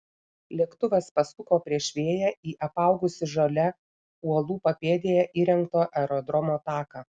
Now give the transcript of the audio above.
lėktuvas pasuko prieš vėją į apaugusį žole uolų papėdėje įrengto aerodromo taką